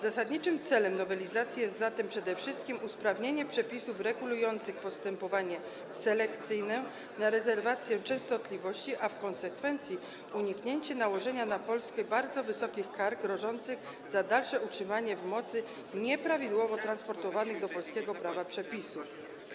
Zasadniczym celem nowelizacji jest zatem przede wszystkim usprawnienie przepisów regulujących postępowanie selekcyjne na rezerwację częstotliwości, a w konsekwencji uniknięcie nałożenia na Polskę bardzo wysokich kar grożących za dalsze utrzymanie w mocy nieprawidłowo transponowanych do polskiego prawa przepisów.